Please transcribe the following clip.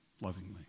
lovingly